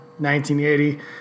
1980